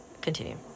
Continue